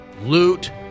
loot